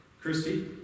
Christy